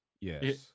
yes